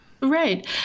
Right